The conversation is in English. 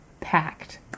packed